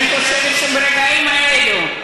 אני חושבת שברגעים האלה,